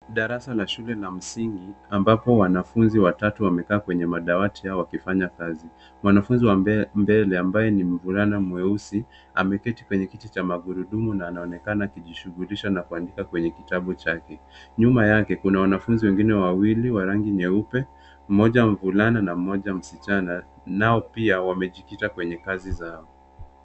Darasa la shule ya msingi ambapo wanafunzi watatu wamekaa kwenye madawati yao wakifanya kazi. Mwanafunzi wa mbele, ambaye ni mvulana mweusi, ameketi kwenye kiti cha magurudumu na anaonekana akijishughulisha na kuandika kwenye kitabu chake. Nyuma yake, kuna wanafunzi wengine wawili wa rangi nyeupe, mmoja mvulana na mmoja msichana, nao pia wamejikita kwenye kazi zao.